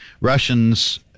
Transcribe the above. Russians